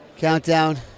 Countdown